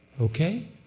Okay